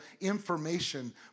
information